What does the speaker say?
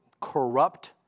corrupt